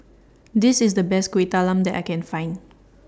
This IS The Best Kueh Talam that I Can Find